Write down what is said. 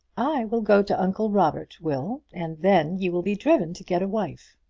i will go to uncle robert, will, and then you will be driven to get a wife.